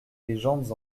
légendes